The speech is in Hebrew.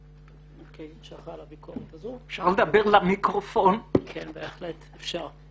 שאחראי על הביקורת הזו, משרד מבקר המדינה.